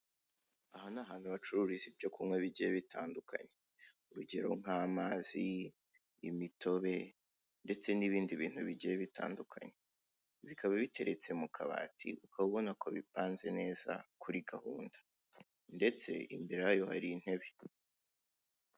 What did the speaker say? Aha ni ahantu bacururiza ibyo kunywa bigiye bitandukanye, urugero nk'amazi, imitobe ndetse n'ibindi bintu bigiye bitandukanye, bikaba biteretse mu kabati, ukaba ubona ko bipenze neza kuri gahunda, ndetse imbere yayo hari intebe.